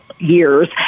years